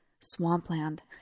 swampland